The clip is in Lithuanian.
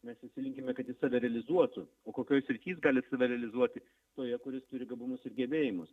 mes visi linkime kad jis save realizuotų o kokioj srity jis gali save realizuoti toje kur jis turi gabumus ir gebėjimus